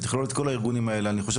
משרד הרווחה שתכלול את כל המשרדים האלה.